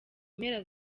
mpera